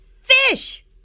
Fish